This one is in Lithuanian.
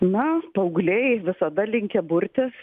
na paaugliai visada linkę burtis